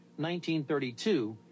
1932